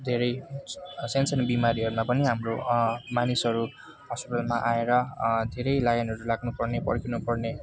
धेरै सानो सानो बिमारीहरूमा पनि हाम्रो मानिसहरू हस्पिटलमा आएर धेरै लाइनहरू लाग्नु पर्ने पर्खिनु पर्ने